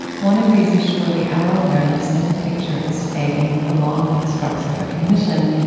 one of these is surely our awareness that the picture is fading along with the sparks of recognition.